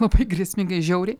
labai grėsmingai žiauriai